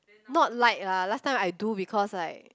not like lah last time I do because like